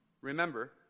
Remember